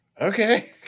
Okay